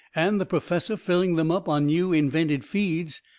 and the perfessor filling them up on new invented feeds,